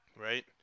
Right